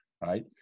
Right